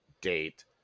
date